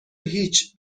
هیچ